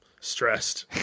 Stressed